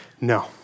No